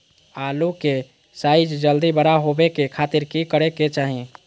आलू के साइज जल्दी बड़ा होबे के खातिर की करे के चाही?